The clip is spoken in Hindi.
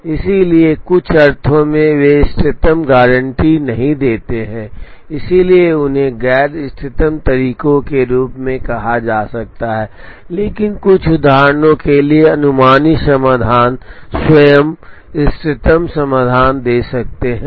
इसलिए कुछ अर्थों में वे इष्टतम गारंटी नहीं देते हैं इसलिए उन्हें गैर इष्टतम तरीके के रूप में कहा जा सकता है लेकिन कुछ उदाहरणों के लिए अनुमानी समाधान स्वयं इष्टतम समाधान दे सकते हैं